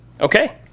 Okay